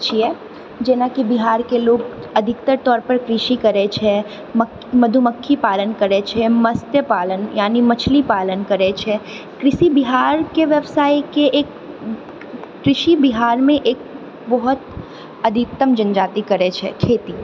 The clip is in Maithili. छिऐ जेनाकि बिहारके लोग अधिकतर तौर पर कृषि करैत छै मधुमख्खी पालन करैत छै मतस्य पालन यानी मछली पालन करैत छै कृषि बिहारके व्यवसायके एक कृषि बिहारमे एक बहुत अधिकतम जनजाति करैत छै खेती